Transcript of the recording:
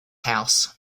house